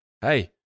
Hey